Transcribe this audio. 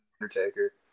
Undertaker